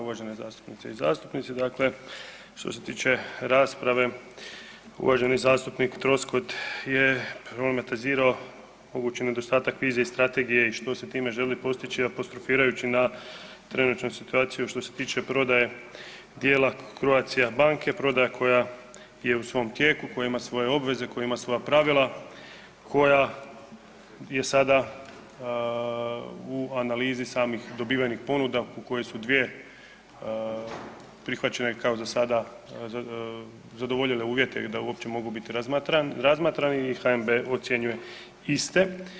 Uvažene zastupnice i zastupnici, dakle što se tiče rasprave uvaženi zastupnik Troskot je problematizirao mogući nedostatak vizije i strategije i što se time želi postići apostrofirajući na trenutnu situaciju što se tiče prodaje dijela Croatia banke, prodaja koja je u svom tijeku, koja ima svoje obveze, koja ima svoja pravila, koja je sada u analizi samih dobivenih ponuda u kojoj su dvije prihvaćene kao za sada, zadovoljile uvjete da uopće mogu biti razmatran, razmatrani i HNB ocjenjuje iste.